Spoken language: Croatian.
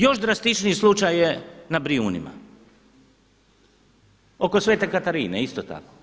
Još drastičniji slučaj je na Brijunima, oko Svete Katarine isto tako.